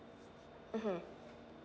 mmhmm